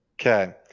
okay